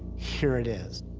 here it is.